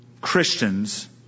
Christians